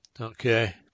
Okay